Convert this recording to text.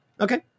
okay